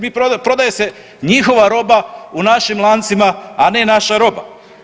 Mi, prodaje se njihova roba u našim lancima, a ne naša roba.